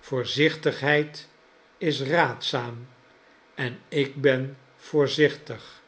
voorzichtigheid is raadzaam en ik ben voorzichtig